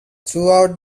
throughout